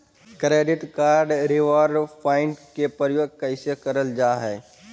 Credit card reward point के प्रयोग कैसे करल जा है?